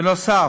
בנוסף,